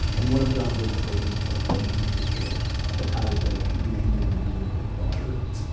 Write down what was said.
and one of john's old children's books from when he was a kid that tyler says he'd recently been reading to his daughters.